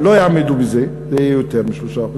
לא יעמדו בזה, זה יהיה יותר מ-3%,